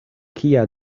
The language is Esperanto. kia